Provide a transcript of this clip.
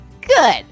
Good